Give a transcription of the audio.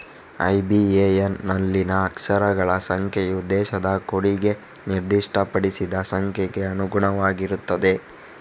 IBAN ನಲ್ಲಿನ ಅಕ್ಷರಗಳ ಸಂಖ್ಯೆಯು ದೇಶದ ಕೋಡಿಗೆ ನಿರ್ದಿಷ್ಟಪಡಿಸಿದ ಸಂಖ್ಯೆಗೆ ಅನುಗುಣವಾಗಿರುತ್ತದೆ